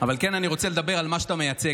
אבל כן אני רוצה לדבר על מה שאתה מייצג.